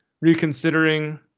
reconsidering